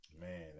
Man